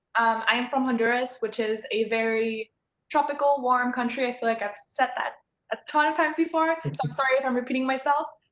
i'm from honduras, which is a very tropical, warm country. i feel like i've said that a ton of times before so i'm sorry if i'm repeating myself.